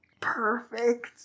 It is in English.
perfect